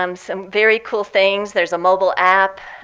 um some very cool things there's a mobile app.